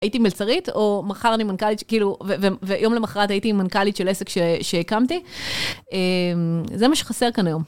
הייתי מלצרית, או מחר אני מנכ"לית, ויום למחרת הייתי עם מנכ"לית של עסק שהקמתי. זה מה שחסר כאן היום.